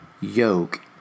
yoke